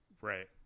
right